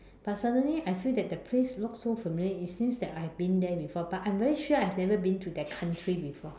but suddenly I feel that the place look so familiar it seems that I have been there before but I'm very sure I've never been to that country before